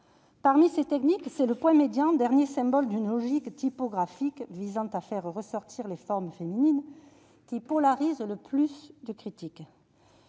Parmi ces techniques, c'est le point médian, dernier symbole d'une logique typographique visant à faire ressortir les formes féminines, qui polarise le plus les critiques.